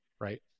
Right